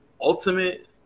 ultimate